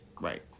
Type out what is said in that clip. Right